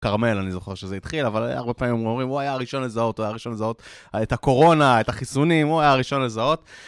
קרמל, אני זוכר שזה התחיל, אבל הרבה פעמים אומרים, הוא היה הראשון לזהות, הוא היה הראשון לזהות את הקורונה, את החיסונים, הוא היה הראשון לזהות.